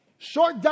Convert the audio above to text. Short